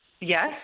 yes